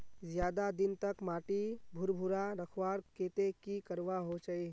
ज्यादा दिन तक माटी भुर्भुरा रखवार केते की करवा होचए?